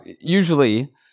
usually